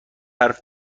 حرف